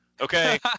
okay